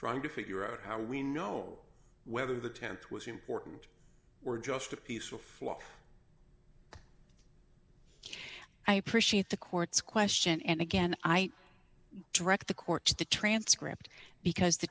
trying to figure out how we know whether the th was important were just a piece of fluff i appreciate the court's question and again i direct the court's the transcript because the